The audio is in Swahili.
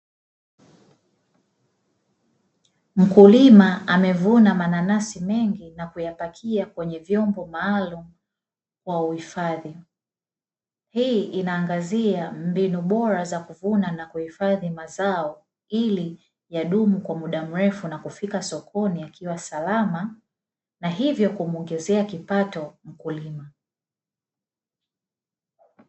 Mkulima amevuna mananasi mengi na kuyapakia kwenye vyombo maalum kwa uhifadhi. Hii inaangazia mbinu bora za kuvuna na kuhifadhi mazao ili yadumu kwa muda mrefu na kufika sokoni yakiwa salama, na hivyo kumuongezea kipato mkulima.